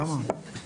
למה?